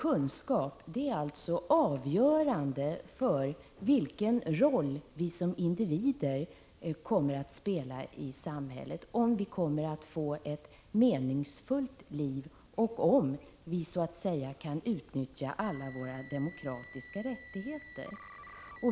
1985/86:130 kunskap är alltså avgörande för vilken roll vi som individer kommer att spelai 29 april 1986 samhället, om vi kommer att få ett meningsfullt liv och om vi skall kunna utnyttja alla våra demokratiska rättigheter.